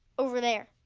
over there?